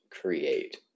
create